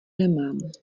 nemám